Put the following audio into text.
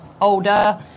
older